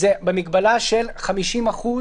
אנחנו כבר עובדים עם זה חמישה חודשים.